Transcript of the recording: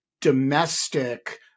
domestic